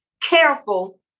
careful